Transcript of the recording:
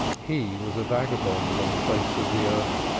he was a vagabond on the face of the earth,